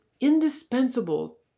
indispensable